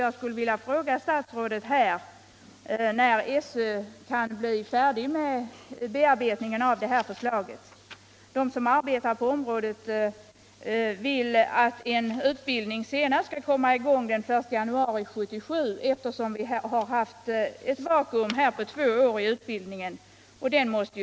Jag skulle vilja fråga statsrådet när SÖ kan väntas bli färdig med sin bearbetning av detta förslag? De som arbetar på området vill att en utbildning skall komma i gång senast den 1 januari 1977, eftersom vi haft ett vakuum på två år i utbildningen till ortopedingenjörer.